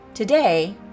Today